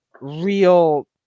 real